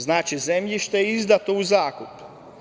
Znači, zemljište je izdato u zakup.